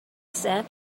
said